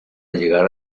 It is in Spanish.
llegar